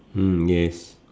mm yes